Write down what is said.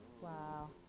Wow